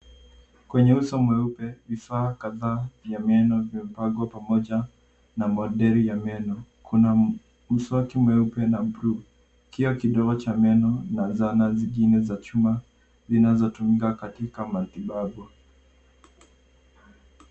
Kwenye uso mweupe vifaa kadhaa vya meno vimepangwa pamoja na modeli ya meno. Kuna mswaki mweupe na bluu kioo kidogo cha meno na zana zingine za chuma zinazotumika katika matibabu.